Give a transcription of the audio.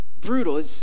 brutal